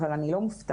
אבל אני לא מופתעת,